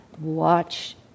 Watch